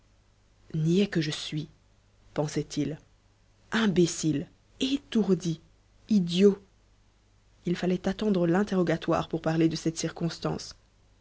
niais que je suis pensait-il imbécile étourdi idiot il fallait attendre l'interrogatoire pour parler de cette circonstance